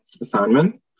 assignment